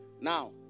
Now